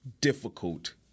difficult